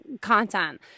content